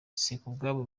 sikubwabo